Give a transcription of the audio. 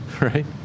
right